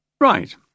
Right